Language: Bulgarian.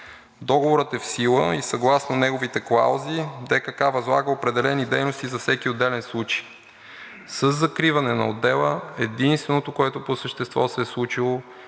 Договорът е в сила и съгласно неговите клаузи ДКК възлага определени дейности за всеки отделен случай. Със закриване на отдела единственото, което по същество се е случило,